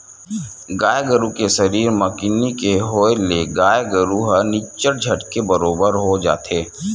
गाय गरु के सरीर म किन्नी के होय ले गाय गरु ह निच्चट झटके बरोबर हो जाथे